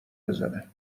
بزنه